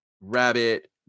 rabbit